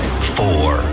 four